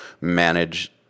manage